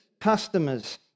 customers